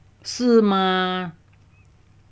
是吗